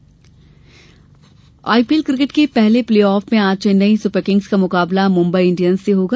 IPL IPL cricket के पहले playoff में आज चैन्नई सुपर किंग्स का मुकाबला मुंबई इण्डियंस से होगा